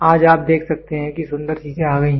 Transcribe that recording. आज आप देख सकते हैं कि सुंदर चीजें आ गई हैं